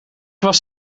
was